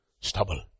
stubble